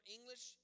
English